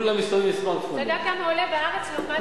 אתה יודע כמה עולה בארץ לעומת ברצלונה?